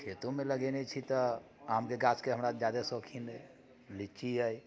खेतोमे लगेने छी तऽ आमके गाछके हमरा जादे शौकीन अछि लीची अछि